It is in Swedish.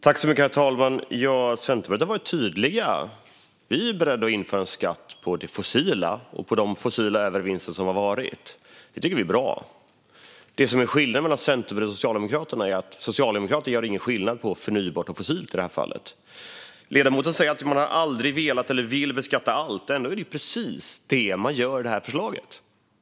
Herr talman! Från Centerpartiets sida har vi varit tydliga. Vi är beredda att införa en skatt på det fossila och de övervinster som förekommit där. Det tycker vi är bra. Skillnaden mellan Centerpartiet och Socialdemokraterna är att Socialdemokraterna i detta fall inte gör skillnad mellan förnybart och fossilt. Ledamoten säger att man inte vill och aldrig har velat beskatta allt. Ändå är det precis det man gör med detta förslag.